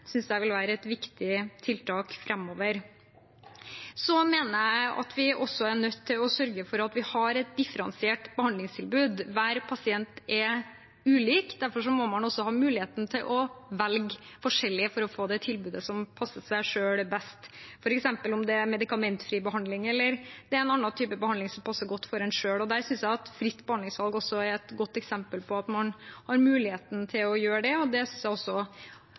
jeg vil være et viktig tiltak framover. Jeg mener at vi også er nødt til å sørge for å ha et differensiert behandlingstilbud. Hver pasient er ulik. Derfor må man også ha muligheten til å velge forskjellig for å få det tilbudet som passer en selv best, f.eks. om det er medikamentfri behandling, eller om det er en annen type behandling som passer godt for en selv. Der synes jeg at fritt behandlingsvalg er et godt eksempel på at man har muligheten til å gjøre det, og det synes jeg også